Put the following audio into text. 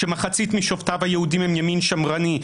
שמחצית משופטיו היהודים הם ימין שמרני,